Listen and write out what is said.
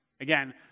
Again